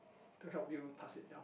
to help you pass it down